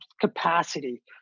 capacity